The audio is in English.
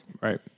Right